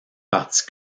parti